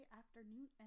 afternoon